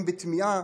אם בטמיעה,